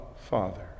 Father